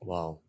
Wow